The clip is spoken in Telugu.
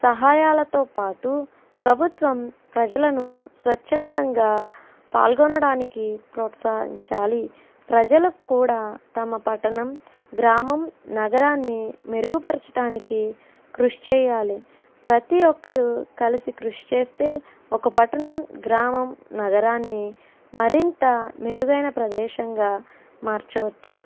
సహాయాలతో పాటు ప్రభుత్వం ప్రజలను స్వచ్ఛందంగా పాల్గొనడానికి ప్రోత్సహించాలి ప్రజలకు కూడా తమ పట్టణం గ్రామం నగరాన్ని మెరుగుపరచటానికి కృషి చేయాలి ప్రతీ ఒక్కరూ కలిసి కృషి చేస్తే ఒక పట్టణం గ్రామం నగరాన్ని మరింత మెరుగైన ప్రదేశంగా మార్చవచ్చు